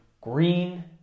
Green